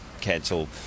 cancel